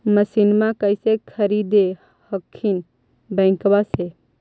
मसिनमा कैसे खरीदे हखिन बैंकबा से?